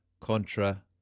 Contra